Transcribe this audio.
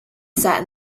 sat